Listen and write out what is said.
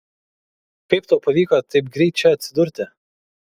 kaip tau pavyko taip greit čia atsidurti